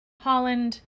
Holland